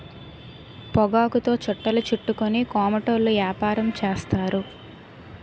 పొగాకుతో చుట్టలు చుట్టుకొని కోమటోళ్ళు యాపారం చేస్తారు